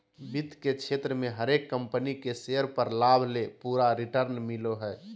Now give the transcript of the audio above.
वित्त के क्षेत्र मे हरेक कम्पनी के शेयर पर लाभ ले पूरा रिटर्न मिलो हय